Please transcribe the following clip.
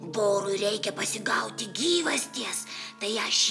vorui reikia pasigauti gyvasties tai aš